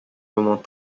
moment